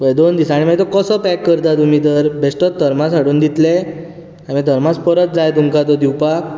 ह्या दोन दिसांनी मागीर तो कसो पैक करता तुमी तर बेश्टोत थर्मास हाडून दितले आनी मागीर थर्मास परत जाय तुमकां तो दिवपाक